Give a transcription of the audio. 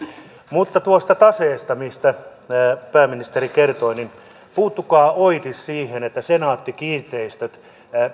mutta tuosta taseesta mistä pääministeri kertoi puuttukaa oitis siihen että senaatti kiinteistöt